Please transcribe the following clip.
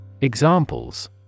Examples